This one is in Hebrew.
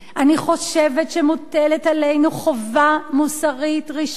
אני חושבת שמוטלת עלינו חובה מוסרית ראשונה